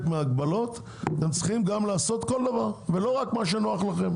מההגבלות לעשות כל דבר ולא רק מה שנוח לכם.